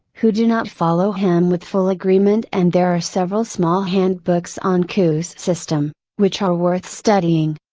who do not follow him with full agreement and there are several small handbooks on coue's system, which are worth studying.